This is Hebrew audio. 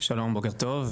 שלום בוקר טוב,